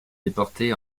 déportés